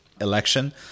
election